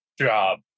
job